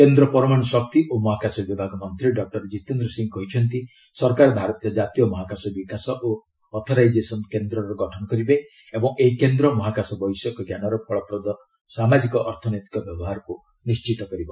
କେନ୍ଦ୍ର ପରମାଣୁ ଶକ୍ତି ଓ ମହାକାଶ ବିଭାଗ ମନ୍ତ୍ରୀ ଡକୁର କ୍ଜିତେନ୍ଦ୍ର ସିଂହ କହିଛନ୍ତି ସରକାର ଭାରତୀୟ ଜ୍ଞାତୀୟ ମହାକାଶ ବିକାଶ ଓ ଅଥରାଇଜେସନ୍ କେନ୍ଦ୍ରର ଗଠନ କରିବେ ଓ ଏହି କେନ୍ଦ୍ର ମହାକାଶ ବୈଷୟିକଜ୍ଞାନର ଫଳପ୍ରଦ ସାମାଜିକ ଅର୍ଥନୈତିକ ବ୍ୟବହାରକୁ ନିଶ୍ଚିତ କରିବ